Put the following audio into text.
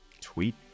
tweet